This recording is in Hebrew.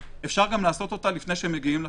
אפשר לעשות אותה גם לפני שמגיעים לשופט.